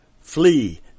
flee